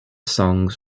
songs